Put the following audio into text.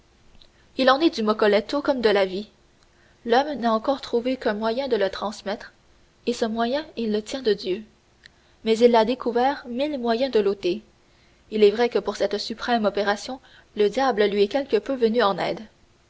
il en est du moccoletto comme de la vie l'homme n'a encore trouvé qu'un moyen de la transmettre et ce moyen il le tient de dieu mais il a découvert mille moyens de l'ôter il est vrai que pour cette suprême opération le diable lui est quelque peu venu en aide